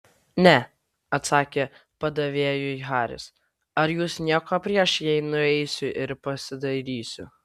ne atsakė padavėjui haris ar jūs nieko prieš jei nueisiu ir pasidairysiu